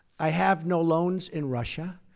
i have no loans in russia.